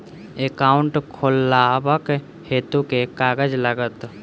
Account खोलाबक हेतु केँ कागज लागत?